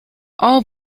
all